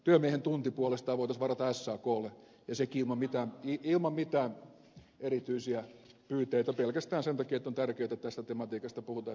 työmiehen tunti puolestaan voitaisiin varata saklle ja sekin ilman mitään erityisiä pyyteitä pelkästään sen takia että on tärkeätä että tästä tematiikasta puhutaan että tämä kulttuuri elää